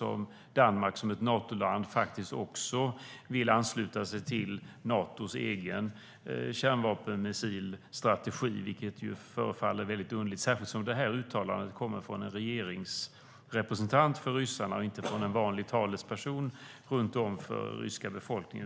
om Danmark som Natoland vill ansluta sig till Natos kärnvapenmissilstrategi. Detta förefaller underligt, särskilt som detta uttalande kommer från en rysk regeringsrepresentant och inte från en vanlig talesperson för ryska befolkningen.